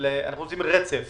רוצים רצף